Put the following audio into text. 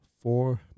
four